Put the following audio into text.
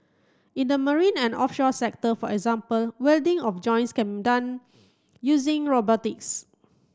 in the marine and offshore sector for example welding of joints can done using robotics